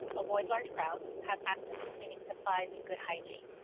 avoid large crowds, have access to cleaning supplies and good hygiene.